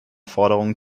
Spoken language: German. forderungen